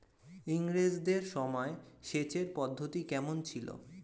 ইঙরেজদের সময় সেচের পদ্ধতি কমন ছিল?